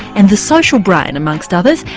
and the social brain, among so others.